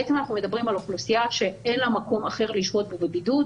אנחנו מדברים על אוכלוסייה שאין לה מקום אחר לשהות בו בבידוד